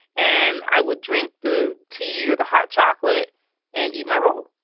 and i would drink the tea or the hot chocolate and eat my roll.